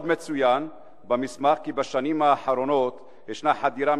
עוד מצוין במסמך כי בשנים האחרונות יש חדירה